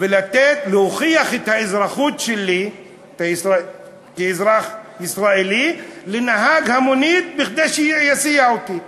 ולהוכיח את האזרחות שלי כאזרח ישראלי לנהג המונית בכדי שיסיע אותי.